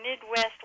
Midwest